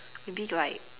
maybe like